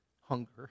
hunger